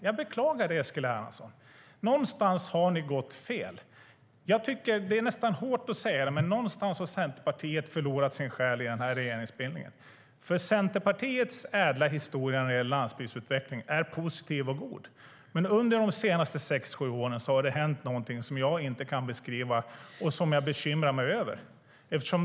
Jag beklagar det, Eskil Erlandsson. Någonstans har ni gått fel. Det är nästan hårt att säga det, men någonstans har Centerpartiet förlorat sin själ i den här regeringsbildningen. Centerpartiets ädla historia när det gäller landsbygdsutveckling är positiv och god, men under de senaste sex sju åren har det hänt någonting som jag inte kan beskriva och som jag bekymrar mig över.